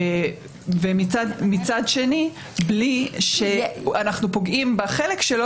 ומצד שני בלי שאנחנו פוגעים בחלק שלו